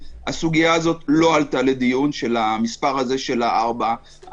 הסוגיה הזאת של המספר ארבעה לא עלתה לדיון,